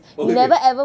okay okay